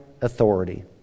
authority